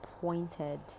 pointed